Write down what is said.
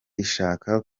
ishaka